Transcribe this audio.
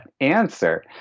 answer